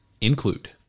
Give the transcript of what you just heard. include